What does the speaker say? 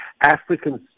Africans